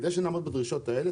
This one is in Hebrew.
כדי שנעמוד בדרישות האלה,